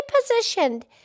positioned